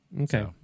Okay